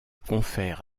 confère